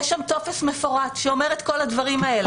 יש שם יש טופס מפורט שאומר את כל הדברים האלה.